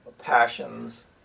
Passions